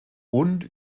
und